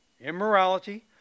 Immorality